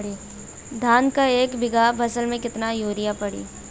धान के एक बिघा फसल मे कितना यूरिया पड़ी?